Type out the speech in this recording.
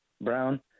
Brown